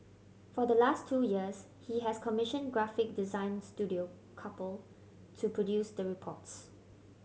for the last two years he has commissioned graphic design studio Couple to produce the reports